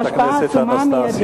חברת הכנסת אנסטסיה.